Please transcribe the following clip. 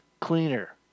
cleaner